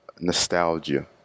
nostalgia